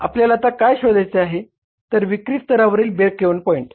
आपल्याला आता काय शोधायचे आहे तर विक्री स्तरावरील ब्रेक इव्हन पॉईंट